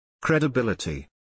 Credibility